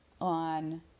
on